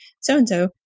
so-and-so